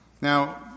Now